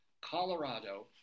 Colorado